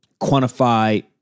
quantify